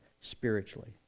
spiritually